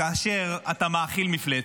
כאשר אתה מאכיל מפלצת?